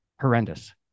horrendous